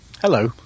Hello